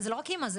זאת לא רק אמא,